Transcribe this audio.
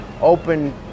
open